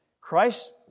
Christ